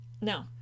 No